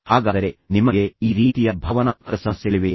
ಹಾಗಾದರೆ ನಿಮಗೆ ಈ ರೀತಿಯ ಭಾವನಾತ್ಮಕ ಸಮಸ್ಯೆಗಳಿವೆಯೇ